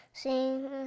sing